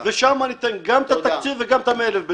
ושם ניתן גם את התקציב וגם את ה-100,000 ביצה.